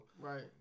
Right